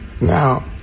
Now